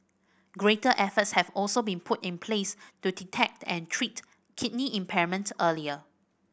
greater efforts have also been put in place to detect and treat kidney impairment earlier